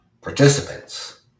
participants